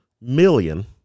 million